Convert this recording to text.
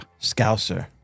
Scouser